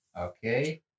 Okay